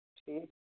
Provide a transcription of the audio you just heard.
ٹھیٖک